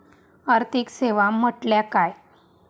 आर्थिक सेवा म्हटल्या काय?